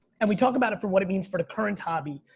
and we talk about it for what it means for the current hobby.